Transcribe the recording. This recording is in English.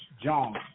John